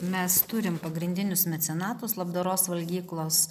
mes turim pagrindinius mecenatus labdaros valgyklos